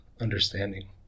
understanding